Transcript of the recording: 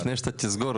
לפני שאתה תסגור,